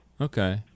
Okay